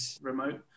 remote